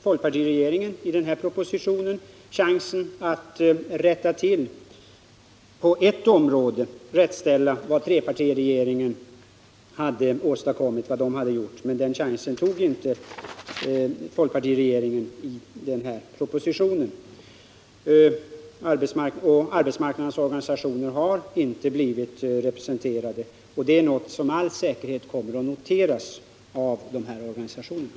Folkpartiregeringen hade chansen att i den här propositionen på ett område ställa rätt vad trepartiregeringen hade gjort, men folkpartiregeringen tog inte den chansen. Arbetsmarknadens organisationer har således inte blivit representerade, och det är något som med all säkerhet kommer att noteras av de här organisationerna.